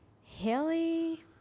Haley